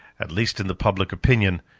at least in the public opinion,